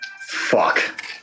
Fuck